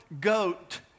goat